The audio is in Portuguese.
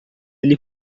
ele